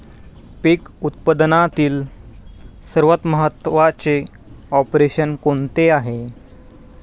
पीक उत्पादनातील सर्वात महत्त्वाचे ऑपरेशन कोणते आहे?